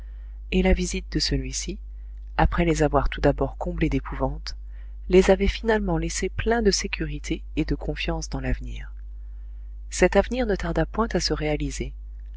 et la visite de celui-ci après les avoir tout d'abord comblés d'épouvante les avait finalement laissés pleins de sécurité et de confiance dans l'avenir cet avenir ne tarda point à se réaliser